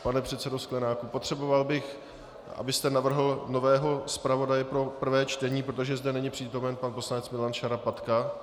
Pane předsedo Sklenáku, potřeboval bych, abyste navrhl nového zpravodaje pro prvé čtení, protože zde není přítomen pan poslanec Milan Šarapatka.